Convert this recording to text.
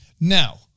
Now